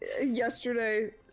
yesterday